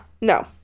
No